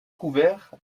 couvert